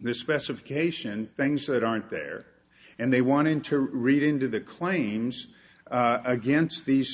the specification things that aren't there and they wanted to read into the claims against these